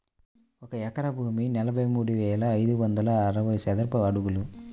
ఒక ఎకరం భూమి నలభై మూడు వేల ఐదు వందల అరవై చదరపు అడుగులు